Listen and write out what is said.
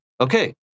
Okay